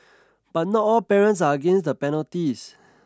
but not all parents are against the penalties